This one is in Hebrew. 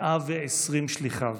120 שליחיו.